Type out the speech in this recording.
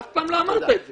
אף פעם לא אמרת את זה.